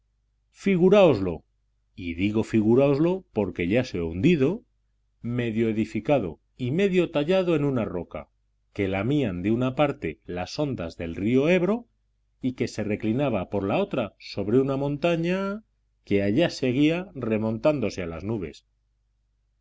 figuráoslo y digo figuráoslo porque ya se ha hundido medio edificado y medio tallado en una roca que lamían de una parte las ondas del río ebro y que se reclinaba por la otra sobre una montaña que allá seguía remontándose a las nubes